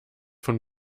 von